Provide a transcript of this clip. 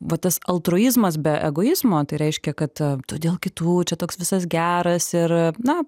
va tas altruizmas be egoizmo tai reiškia kad tu dėl kitų čia toks visas geras ir na